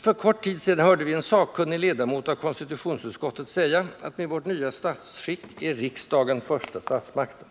För kort tid sedan hörde vi en sakkunnig ledamot av konstitutionsutskottet säga att med vårt nya statsskick är riksdagen första statsmakten.